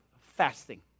fasting